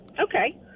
okay